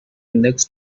index